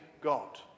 God